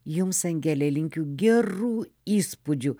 jums angele linkiu gerų įspūdžių